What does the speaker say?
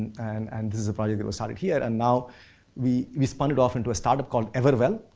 and and this is a project that was started here, and now we we expanded off into a startup called everwell,